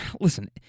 listen